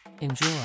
enjoy